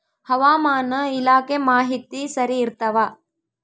ಹವಾಮಾನ ಇಲಾಖೆ ಮಾಹಿತಿ ಸರಿ ಇರ್ತವ?